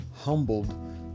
humbled